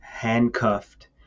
handcuffed